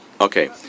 Okay